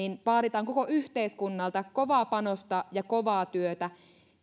vaaditaan koko yhteiskunnalta kovaa panosta ja kovaa työtä